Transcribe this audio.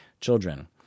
children